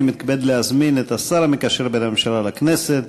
אני מתכבד להזמין את השר המקשר בין הממשלה לכנסת,